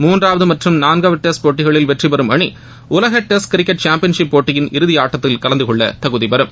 மூன்றாவது மற்றும் நான்காவது டெஸ்ட் போட்டிகளில் வெற்றிபெறும் அணி உலக டெஸ்ட் கிரிக்கெட் சாம்பியன்ஷிப் போட்டியின் இறுதி ஆட்டத்தில் கலந்து கொள்ள தகுதிபெறும்